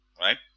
Right